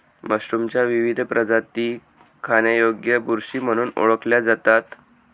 मशरूमच्या विविध प्रजाती खाण्यायोग्य बुरशी म्हणून ओळखल्या जातात